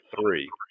three